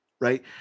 Right